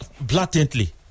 blatantly